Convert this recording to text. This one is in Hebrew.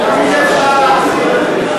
עניתי לחברי.